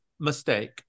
Mistake